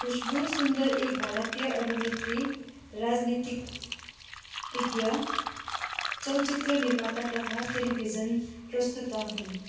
खुश्बु सुन्दर एक भारतीय अभिनेत्री राजनीतिक तिज्ञ चलचित्र निर्माता तथा टेलिभिजन प्रस्तोता हुन्